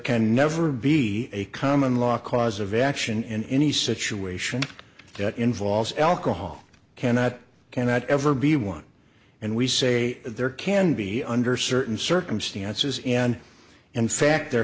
can never be a common law cause of action in any situation that involves alcohol cannot cannot ever be one and we say there can be under certain circumstances and in fact there